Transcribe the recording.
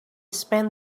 spent